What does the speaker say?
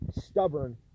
stubborn